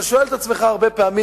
שואל את עצמך הרבה פעמים,